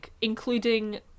including